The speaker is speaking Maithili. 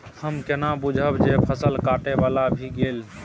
हम केना बुझब जे फसल काटय बला भ गेल?